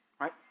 Right